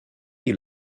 you